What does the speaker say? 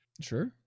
Sure